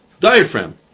diaphragm